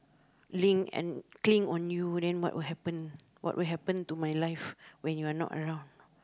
clin~ and cling on you then what will happen what will happen to my life when you are not around